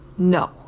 No